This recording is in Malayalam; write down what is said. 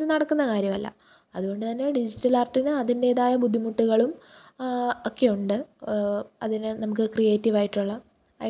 അതു നടക്കുന്ന കാര്യമല്ല അതുകൊണ്ടു തന്നെ ഡിജിറ്റൽ ആര്ട്ടിന് അതിന്റേതായ ബുദ്ധിമുട്ടുകളും ഒക്കെ ഉണ്ട് അതിന് നമുക്ക് ക്രിയേറ്റീവായിട്ടുള്ള